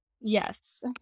Yes